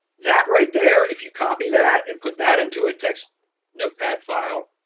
that right there, if you copy that and put that into a text notepad file,